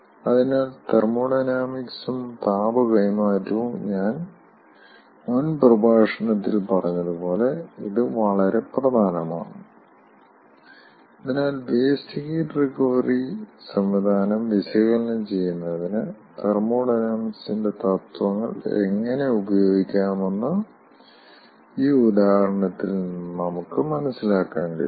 അതിനാൽ തെർമോഡൈനാമിക്സും താപ കൈമാറ്റവും ഞാൻ മുൻ പ്രഭാഷണത്തിൽ പറഞ്ഞതുപോലെ ഇത് വളരെ പ്രധാനമാണ് അതിനാൽ വേസ്റ്റ് ഹീറ്റ് റിക്കവറി സംവിധാനം വിശകലനം ചെയ്യുന്നതിന് തെർമോഡൈനാമിക് തത്വങ്ങൾ എങ്ങനെ ഉപയോഗിക്കാമെന്ന് ഈ ഉദാഹരണത്തിൽ നിന്ന് നമുക്ക് മനസ്സിലാക്കാൻ കഴിയും